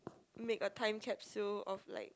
make a time capsule of like